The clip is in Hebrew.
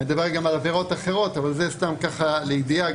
מדבר גם על עבירות אחרות אבל זה סתם ככה לידיעה.